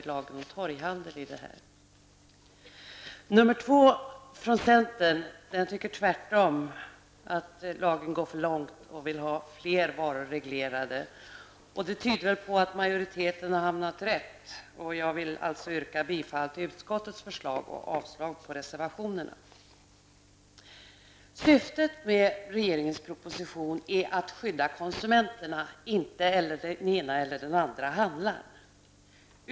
I reservation nr 2 anför centern tvärtom, att man tycker att lagförslaget går för långt, och man vill ha fler varor reglerade. Detta tyder väl på att majoriteten har hamnat rätt, och jag yrkar bifall till utskottets förslag och avslag på reservationerna. Syftet med regeringens proposition är att skydda konsumenterna -- inte den ena eller andra formen av handel.